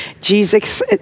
Jesus